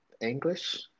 English